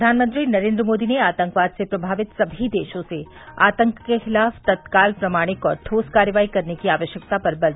प्रधानमंत्री नरेन्द्र मोदी ने आतंकवाद से प्रभावित सभी देशों से आतंक के खिलाफ तत्काल प्रमाणिक और ठोस कार्रवाई करने की आवश्यकता पर दिया बल